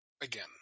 Again